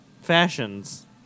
Fashions